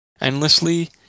endlessly